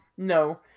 No